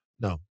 No